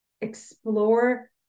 Explore